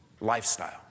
lifestyle